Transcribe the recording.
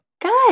Good